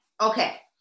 Okay